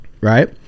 right